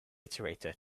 iterator